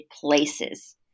places